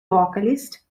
vocalist